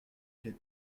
quel